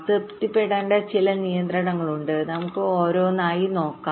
തൃപ്തിപ്പെടേണ്ട ചില നിയന്ത്രണങ്ങളുണ്ട് നമുക്ക് ഓരോന്നായി നോക്കാം